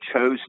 chose